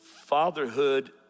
fatherhood